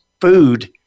food